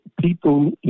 people